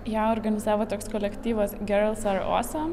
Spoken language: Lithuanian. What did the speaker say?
ją organizavo toks kolektyvas girls ar osam